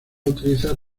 utilizar